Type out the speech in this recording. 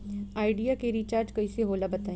Idea के recharge कइसे होला बताई?